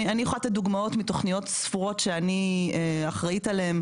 אני יכולה לתת דוגמאות מתוכניות ספורות שאני אחראית עליהן,